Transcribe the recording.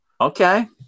Okay